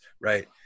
right